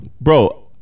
Bro